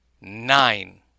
Nine